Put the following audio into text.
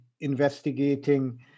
investigating